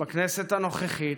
בכנסת הנוכחית,